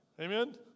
Amen